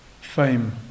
fame